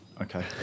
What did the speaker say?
Okay